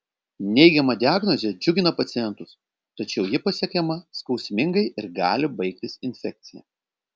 neigiama diagnozė džiugina pacientus tačiau ji pasiekiama skausmingai ir gali baigtis infekcija